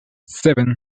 seven